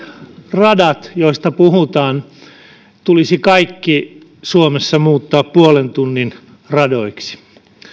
radat joista puhutaan tulisi suomessa muuttaa puolen tunnin radoiksi